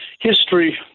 History